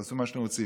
תעשו מה שאתם רוצים,